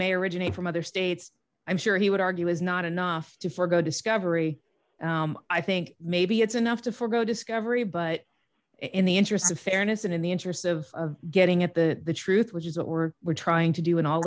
may originate from other states i'm sure he would argue is not enough to forego discovery i think maybe it's enough to forego discovery but in the interest of fairness and in the interest of getting at the truth which is what we're we're trying to do in all